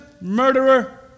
murderer